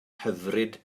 hyfryd